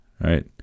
right